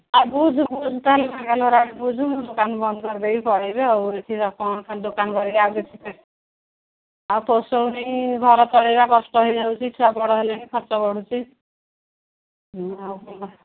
ବୁଝୁ ବୁୁଝୁ ତାହେଲେ ବାଙ୍ଗାଲୋର୍ ଆଡ଼େ ବୁଝୁ ଦୋକାନ ବନ୍ଦ କରିଦେଇକି ପଳେଇବି ଆଉ ଏଠି କ'ଣ ଦୋକାନ କରିକି ଆଉ କିଛି ପୋଷଉନି ଘର ଚଳିବା କଷ୍ଟ ହୋଇଯାଉଛି ଛୁଆ ବଡ଼ ହେଲେଣି ଖର୍ଚ୍ଚ ବଡ଼ୁଛିି ଆଉ